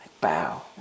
Bow